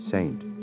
Saint